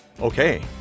okay